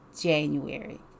January